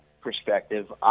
perspective